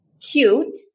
cute